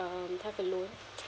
um have a loan